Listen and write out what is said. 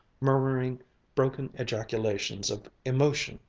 murmuring broken ejaculations of emotion,